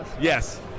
Yes